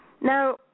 Now